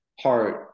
heart